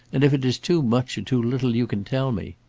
and if it is too much or too little, you can tell me.